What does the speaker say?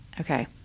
Okay